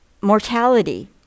mortality